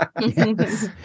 Yes